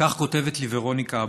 כך כותבת לי ורוניקה הבוקר: